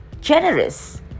generous